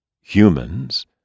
Humans